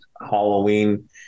Halloween